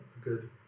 good